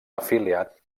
afiliat